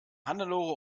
hannelore